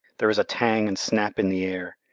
there is a tang and snap in the air,